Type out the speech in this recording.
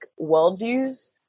worldviews